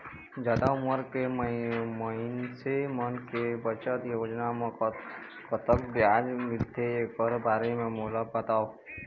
जादा उमर के मइनसे मन के बचत योजना म कतक ब्याज मिलथे एकर बारे म मोला बताव?